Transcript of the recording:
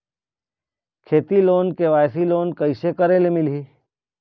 खेती loan KYC loan कइसे करे ले मिलही?